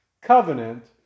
covenant